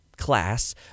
class